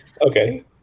Okay